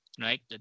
right